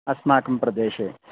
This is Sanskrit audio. अस्माकं प्रदेशे